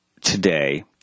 today